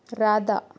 Radha